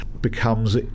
becomes